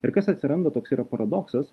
ir kas atsiranda toks yra paradoksas